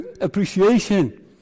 appreciation